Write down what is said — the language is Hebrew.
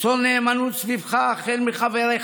ליצור נאמנות סביבך, מחבריך,